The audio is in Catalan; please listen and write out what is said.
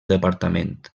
departament